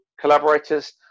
collaborators